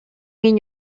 mean